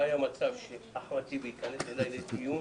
לא היה מצב שאחמד טיבי ייכנס אליי לדיון